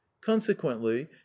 consequently